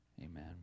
Amen